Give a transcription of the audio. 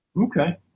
Okay